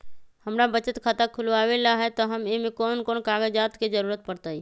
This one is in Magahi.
हमरा बचत खाता खुलावेला है त ए में कौन कौन कागजात के जरूरी परतई?